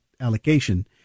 allocation